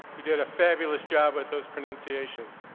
you did a fabulous job with those pronunciations.